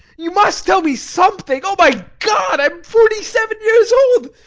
you must tell me something! oh, my god! i am forty-seven years old.